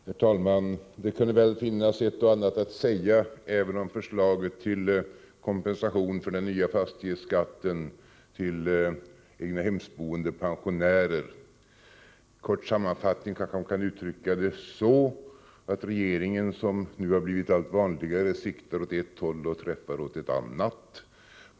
Herr talman! Det kunde väl finnas ett och annat att säga även om förslaget till kompensation för den nya fastighetsskatten för egnahemsboende pensionärer. I en kort sammanfattning kan man kanske uttrycka det på ett sådant sätt att regeringen — något som har blivit allt vanligare — siktar åt ett håll och träffar åt ett annat.